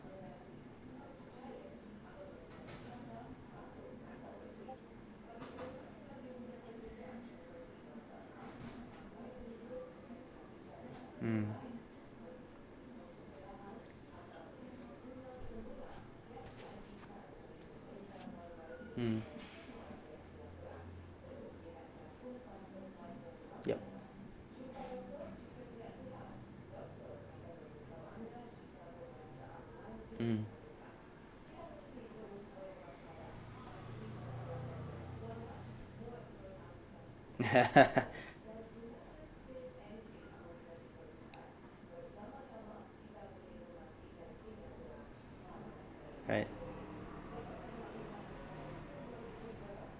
mm mm yup mm right